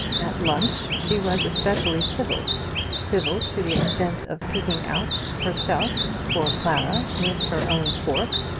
at lunch she was especially civil civil to the extent of picking out herself for clara, with her own fork,